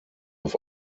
auf